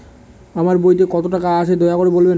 আমার বইতে কত টাকা আছে দয়া করে বলবেন?